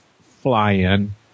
Fly-In